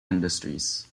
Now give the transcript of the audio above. industries